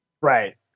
Right